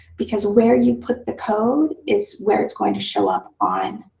because where you put the code is where it's going to show up on